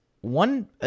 one